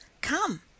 Come